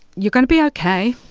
you're going to be okay.